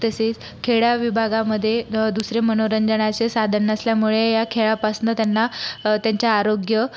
तसेच खेड्या विभागामध्ये दुसरे मनोरंजनाचे साधन नसल्यामुळे ह्या खेळापासनं त्यांना त्यांच्या आरोग्य